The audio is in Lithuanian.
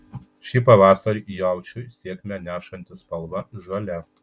šį pavasarį jaučiui sėkmę nešantį spalva žalia